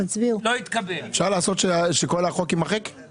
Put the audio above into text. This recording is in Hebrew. הצבעה לא אושר לא התקבל.